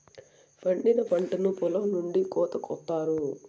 పండిన పంటను పొలం నుండి కోత కొత్తారు